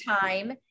time